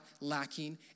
lacking